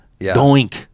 Doink